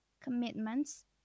commitments